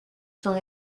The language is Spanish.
son